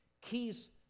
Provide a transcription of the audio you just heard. keys